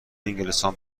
انگلستان